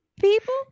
people